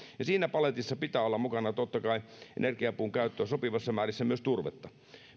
siinä paletissa pitää olla mukana totta kai energiapuun käyttö sopivassa määrin myös turvetta